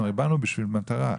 באנו לכאן למטרה.